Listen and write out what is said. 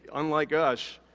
unlike us,